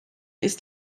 ist